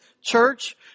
church